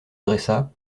dressa